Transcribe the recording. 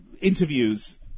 interviews